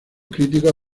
críticos